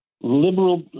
Liberal